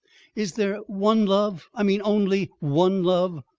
is there one love? i mean, only one love?